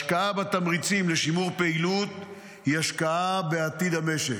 השקעה בתמריצים לשימור פעילות היא השקעה בעתיד המשק.